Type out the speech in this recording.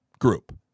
group